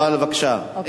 מבקשת, כספים.